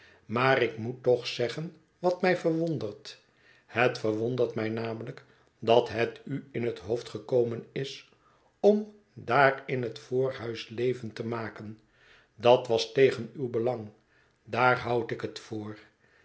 maar ik moet toch zeggen wat mij verwondert het verwondert mij namelijk dat het u in het hoofd gekomen is om daar in het voorhuis leven te maken dat was tegen uw belang daar houd ik het voor